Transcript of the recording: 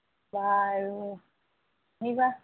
বাৰু আহিবা